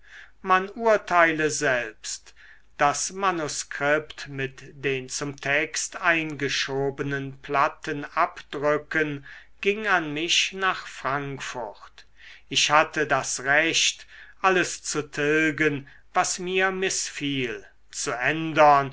man urteile selbst das manuskript mit den zum text eingeschobenen plattenabdrücken ging an mich nach frankfurt ich hatte das recht alles zu tilgen was mir mißfiel zu ändern